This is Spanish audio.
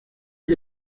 que